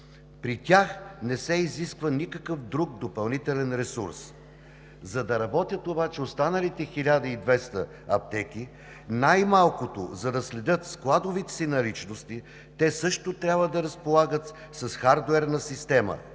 При тях не се изисква никакъв друг допълнителен ресурс. За да работят обаче останалите 1200 аптеки, най-малкото, за да следят складовите си наличности, те също трябва да разполагат с хардуерна система,